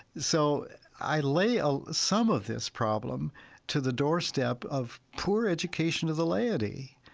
so i lay ah some of this problem to the doorstep of poor education of the laity.